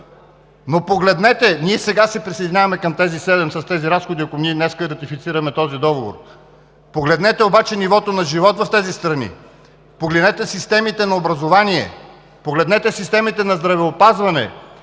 и Полша. Ние сега се присъединяваме към тези седем с тези разходи, ако ние днес ратифицираме този договор. Погледнете обаче нивото на живот в тези страни, погледнете системите на образование, погледнете системите на здравеопазване.